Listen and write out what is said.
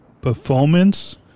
performance